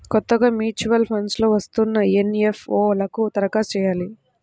కొత్తగా mutual funds లో వస్తున్న ఎన్.ఎఫ్.ఓ లకు దరఖాస్తు చెయ్యాలి